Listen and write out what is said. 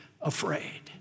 afraid